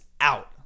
out